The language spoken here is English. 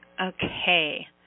Okay